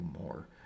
more